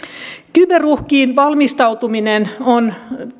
kyberuhkiin valmistautuminen on